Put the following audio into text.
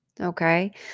Okay